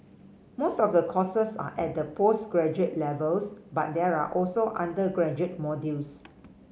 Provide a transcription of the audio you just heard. most of the courses are at the postgraduate levels but there are also undergraduate modules